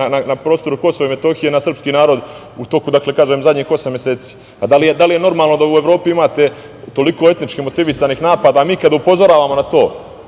na prostoru Kosova i Metohije na srpski narod u toku zadnjih osam meseci? Da li je normalno da u Evropi imate toliko etnički motivisanih napada? Mi kada upozoravamo na to